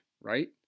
right